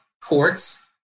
courts